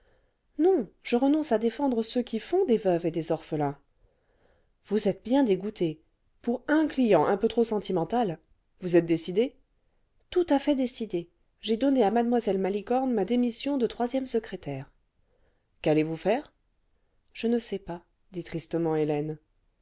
non je renonce à défendre ceux qui font des veuves et des orphelins vous êtes bien dégoûtée pour un client un peu trop sentimental vous êtes décidée tout à fait décidée j'ai donné à mlle malicorne ma démission cle troisième secrétaire qu'allez-vous faire je ne sais pas dit tristement hélène